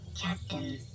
Captain